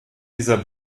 dieser